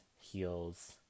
heels